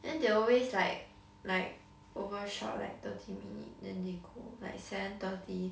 then they always like like overshot like thirty minute then they go like seven thirty